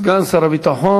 סגן שר הביטחון